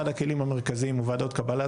אחד הכלים המרכזיים הוא ועדות קבלה,